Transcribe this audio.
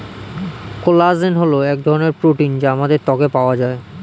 collagen হল এক ধরনের প্রোটিন যা আমাদের ত্বকে পাওয়া যায়